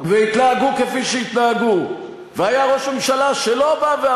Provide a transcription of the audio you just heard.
להראות לך את דף המסרים של הליכוד?